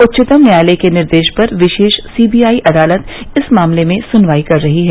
उच्चतम न्यायालय के निर्देश पर विशेष सीबीआई अदालत इस मामले में सुनवाई कर रही है